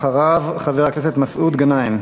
אחריו, חבר הכנסת מסעוד גנאים.